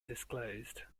disclosed